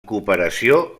cooperació